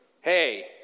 Hey